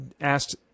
asked